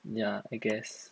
ya I guess